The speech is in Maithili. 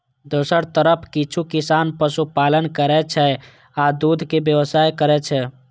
दोसर तरफ किछु किसान पशुपालन करै छै आ दूधक व्यवसाय करै छै